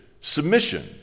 submission